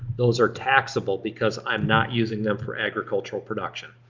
those are taxable because i'm not using them for agricultural production.